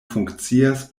funkcias